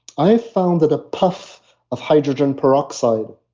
i found that a puff of hydrogen peroxide,